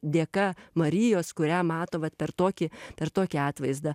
dėka marijos kurią mato vat per tokį per tokį atvaizdą